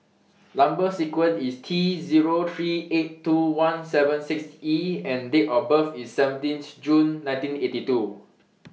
Number sequence IS T Zero three eight two one seven six E and Date of birth IS seventeen June nineteen eighty two